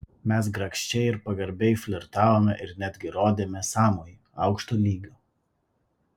mes grakščiai ir pagarbiai flirtavome ir netgi rodėme sąmojį aukšto lygio